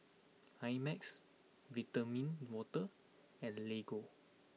IMAX Vitamin Water and Lego